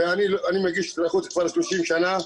ואני מגיש אזרחות כבר 30 שנה,